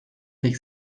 tek